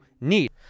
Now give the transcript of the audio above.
need